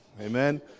amen